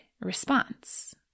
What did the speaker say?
response